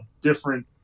different